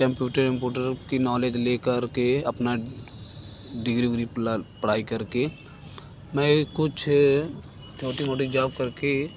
computer एमपुटर की knowledge ले कर के अपनी डिग्री उगरी फ़िलहाल पढ़ाई कर के मैं कुछ छोटी मोटी जौब कर के